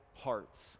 parts